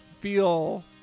feel